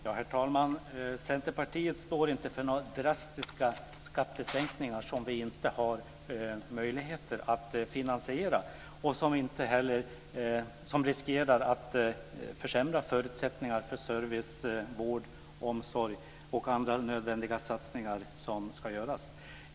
Herr talman! Centerpartiet står inte för några drastiska skattesänkningar som vi inte har möjligheter att finansiera och som riskerar att försämra förutsättningarna för service, vård, omsorg och andra nödvändiga satsningar som ska göras.